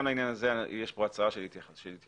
גם לעניין הזה יש הצעה של התייחסות,